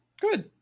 Good